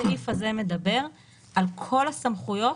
הסעיף הזה מדבר על כל הסמכויות